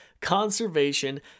conservation